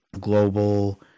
Global